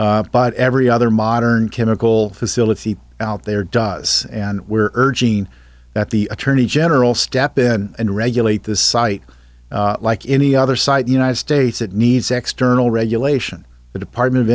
but every other modern chemical facility out there does and we're urging that the attorney general step in and regulate this site like any other site united states it needs external regulation the department of